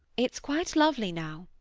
it's quite lovely now,